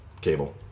Cable